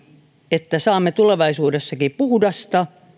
että saamme tulevaisuudessakin puhdasta